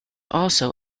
also